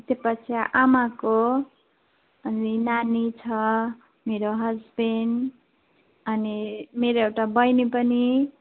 त्यो पछि आमाको अनि नानी छ मेरो हसबेन्ड अनि मेरो एउटा बहिनी पनि